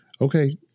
okay